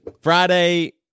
Friday